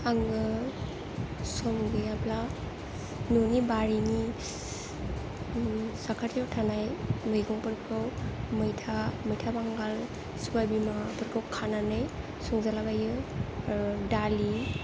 आङो सम गैयाब्ला न'नि बारिनि साखाथियाव थानाय मैगंफोरखौ मैथा मैथा बांगाल सबायबिमाफोरखौ खानानै संजालाबायो दालि